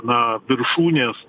na viršūnės